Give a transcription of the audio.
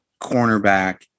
cornerback